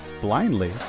blindly